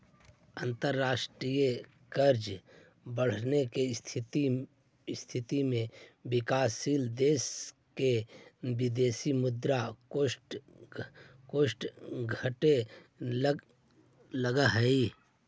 अंतरराष्ट्रीय कर्ज बढ़े के स्थिति में विकासशील देश के विदेशी मुद्रा कोष घटे लगऽ हई